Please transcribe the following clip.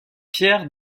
pierre